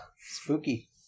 Spooky